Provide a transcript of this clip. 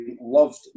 loved